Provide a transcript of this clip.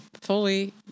fully